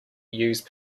used